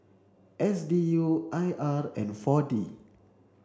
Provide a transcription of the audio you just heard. S D U I R and four D